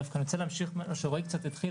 דווקא אני רוצה להמשיך את מה שרועי התחיל,